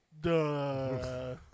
duh